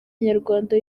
nyarwanda